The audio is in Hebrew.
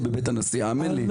האמן לי.